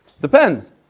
Depends